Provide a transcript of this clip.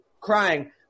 crying